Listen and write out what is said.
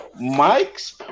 Mike's